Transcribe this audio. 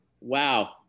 wow